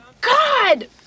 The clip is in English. God